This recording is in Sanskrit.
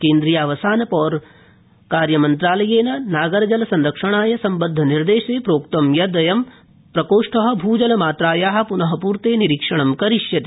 केन्द्रीयावासन पौरकार्यमन्त्रालयेन नागर जलसंरक्षण सम्बद्वनिर्देशे प्रोक्तं यदयं प्रकोष्ठ भू जलमात्राया पुनर्पूर्ते निरीक्षणं करिष्यति